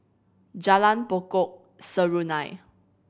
Jalan Pokok Serunai